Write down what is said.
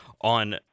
on